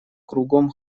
кругом